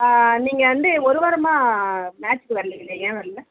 நீங்கள் வந்து ஒரு வாரமாக மேட்ச்சுக்கு வரலைங்களே ஏன் வரல